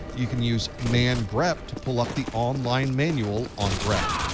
you can use man grep to pull up the online manual on grep.